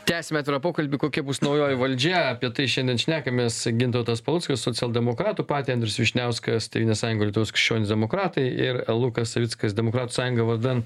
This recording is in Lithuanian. tęsiame pokalbį kokia bus naujoji valdžia apie tai šiandien šnekamės gintautas paluckas socialdemokratų partija andrius vyšniauskas tėvynės sąjunga lietuvos krikščionys demokratai ir lukas savickas demokratų sąjunga vardan